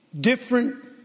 different